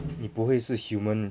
你不会是 human